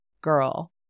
girl